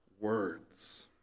words